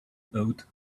out